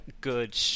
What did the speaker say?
good